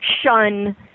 shun